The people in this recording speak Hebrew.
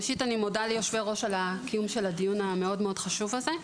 ראשית אני מודה ליושבי הראש על קיום הדיון המאוד מאוד חשוב על זה.